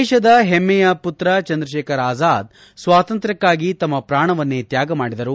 ದೇಶದ ಹೆಮ್ಮೆಯ ಪುತ್ರ ಚಂದ್ರತೇಖರ್ ಆಜಾದ್ ಸ್ವಾತಂತ್ರ್ಕಕ್ಕಾಗಿ ತಮ್ಮ ಪ್ರಾಣವನ್ನೇ ತ್ಯಾಗ ಮಾಡಿದರು